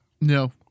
No